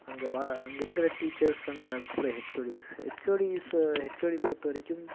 அங்கே வா அங்கேருக்குற டீச்சர்ஸ் அந்த அதுக்கப்புறோம் ஹச்ஓடிஸ் ஹச்ஓடிஸ் ஹச்ஓடி பொறுத்த வரைக்கும்